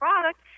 product